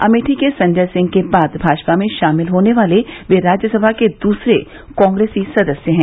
अमेठी के संजय सिंह के बाद भाजपा में शामिल होने वाले वे राज्यसभा के दूसरे कांग्रेसी सदस्य हैं